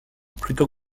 plutôt